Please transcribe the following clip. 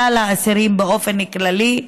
כלל האסירים באופן כללי,